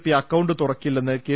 P account തുറക്കില്ലെന്ന് K